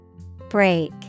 Break